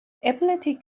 epileptic